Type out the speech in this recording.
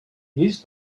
his